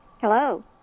Hello